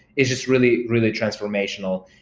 it's just really, really transformational.